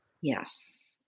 yes